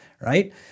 right